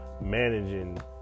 managing